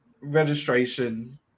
registration